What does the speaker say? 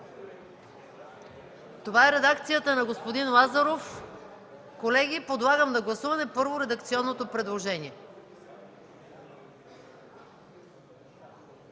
Това е редакцията на господин Лазаров. Колеги, подлагам на гласуване първо редакционното предложение.